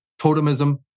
Totemism